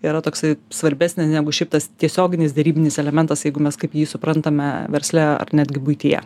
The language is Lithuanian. yra toksai svarbesnė negu šiaip tas tiesioginis derybinis elementas jeigu mes kaip jį suprantame versle ar netgi buityje